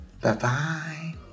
Bye-bye